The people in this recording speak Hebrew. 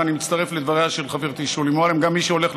ואני מצטרף לדבריה של חברתי שולי מועלם: גם מי שהולך,